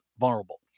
vulnerable